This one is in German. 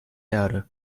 erde